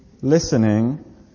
listening